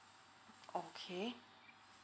okay